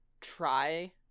try